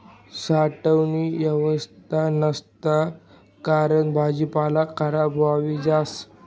साठावानी येवस्था नसाना कारण भाजीपाला खराब व्हयी जास